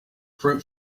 fruit